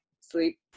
sleep